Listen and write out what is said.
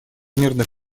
мирных